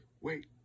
Wait